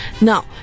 Now